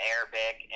Arabic